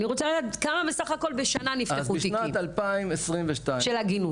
אני רוצה לדעת כמה בסך הכל בשנה נפתחו תיקים של עגינות?